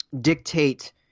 dictate